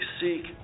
seek